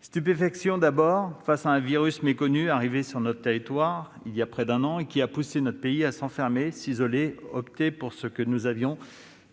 Stupéfaction, d'abord, face à un virus méconnu arrivé sur notre territoire il y a près d'un an : il a poussé notre pays à s'enfermer, à s'isoler, à opter pour ce que nous n'avions